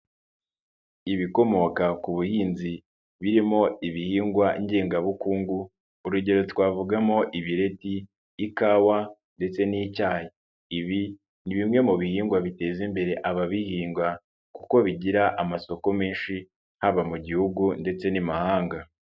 Ibikomoka ku buhinzi, birimo ibihingwa ngengabukungu, urugero twavugamo ibireti, ikawa ndetse n'icyayi. Ibi ni bimwe mu bihingwa biteza imbere ababihinga kuko bigira amasoko menshi haba mu gihugu ndetse n'imahanga.